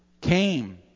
came